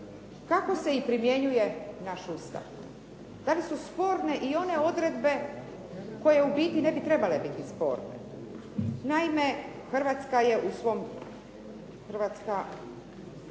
kako se i primjenjuje naš Ustav. Da li su sporne i one odredbe koje u biti ne bi trebale biti sporne? Naime, Hrvatska je u svom, Hrvatska